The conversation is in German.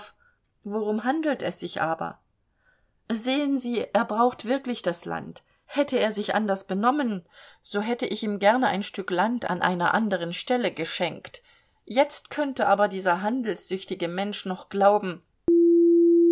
worum handelt es sich aber sehen sie er braucht wirklich das land hätte er sich anders benommen so hätte ich ihm gerne ein stück land an einer anderen stelle geschenkt jetzt könnte aber dieser händelsüchtige mensch noch glauben